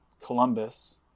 Columbus